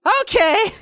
okay